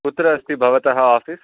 कुत्र अस्ति भवतः आफ़िस्